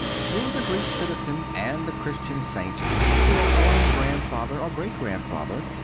through the greek citizen and the christian saint to our own grandfather or great-grandfather,